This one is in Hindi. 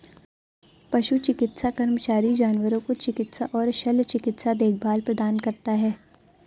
पशु चिकित्सा कर्मचारी जानवरों को चिकित्सा और शल्य चिकित्सा देखभाल प्रदान करता है